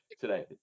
today